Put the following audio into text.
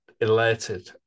elated